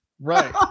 Right